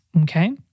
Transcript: okay